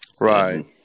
Right